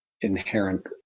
inherent